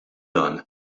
dan